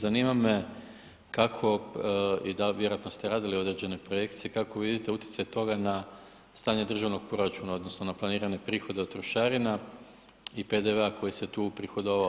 Zanima me, kako i da, vjerojatno ste radili određene projekcije, kako vidite utjecaj toga na stanje državnog proračuna odnosno na planirane prihode od trošarina i PDV-a koji se tu uprihodovao.